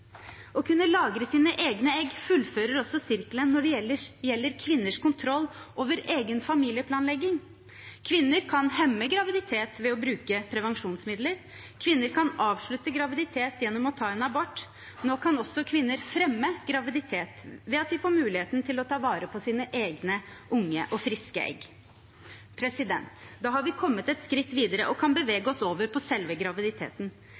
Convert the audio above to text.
Å kunne lagre sine egne egg fullfører også sirkelen når det gjelder kvinners kontroll over egen familieplanlegging. Kvinner kan hemme graviditet ved å bruke prevensjonsmidler. Kvinner kan avslutte graviditet gjennom å ta en abort. Nå kan kvinner også fremme graviditet ved at de får muligheten til å ta vare på sine egne unge og friske egg. Da har vi kommet et skritt videre og kan bevege oss over på selve graviditeten.